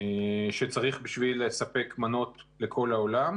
שצריך בשביל לספק מנות לכל העולם,